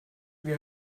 wie